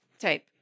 type